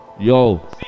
Yo